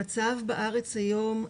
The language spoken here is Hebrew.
במצב בארץ היום,